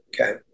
Okay